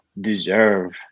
deserve